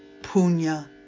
Punya